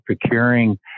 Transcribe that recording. procuring